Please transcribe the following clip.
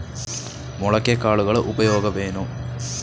ಮೊಳಕೆ ಕಾಳುಗಳ ಉಪಯೋಗವೇನು?